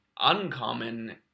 uncommon